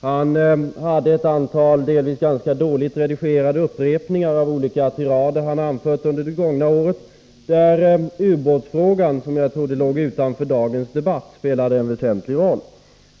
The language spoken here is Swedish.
Lars Werner gjorde ett antal, delvis ganska dåligt redigerade, upprepningar av olika tirader han framfört under det gångna året där ubåtsfrågan, som jag trodde låg utanför dagens debatt, spelade en väsentlig roll.